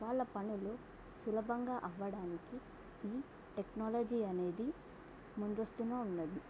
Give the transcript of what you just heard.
వాళ్ళ పనులు సులభంగా అవడానికి ఈ టెక్నాలజీ అనేది ముందస్తూనే ఉన్నాది